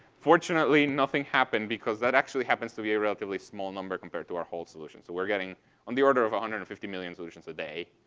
fortunately, nothing happened because that actually happens to be a relatively small number compared to our whole solution. so we're getting on the order of one hundred and fifty million solutions a day.